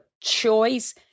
choice